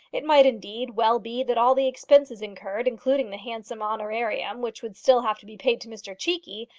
it might, indeed, well be that all the expenses incurred, including the handsome honorarium which would still have to be paid to mr cheekey,